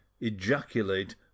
ejaculate